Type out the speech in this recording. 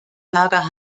lager